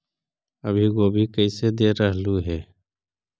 अभी गोभी कैसे दे रहलई हे?